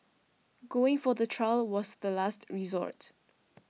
going for the trial was the last resort